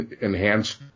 enhanced